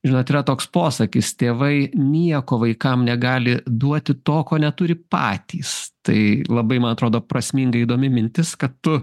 žinot yra toks posakis tėvai nieko vaikam negali duoti to ko neturi patys tai labai man atrodo prasminga įdomi mintis kad tu